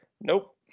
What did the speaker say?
Nope